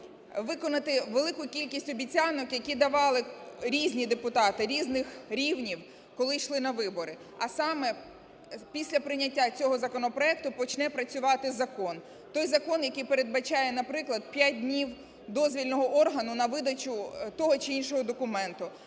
виконати велику кількість обіцянок, які давали різні депутати, різних рівнів, коли йшли на вибори. А саме після прийняття цього законопроекту почне працювати закон, той закон, який передбачає, наприклад, 5 днів дозвільного органу на видачу того чи іншого документу